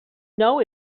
know